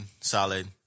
solid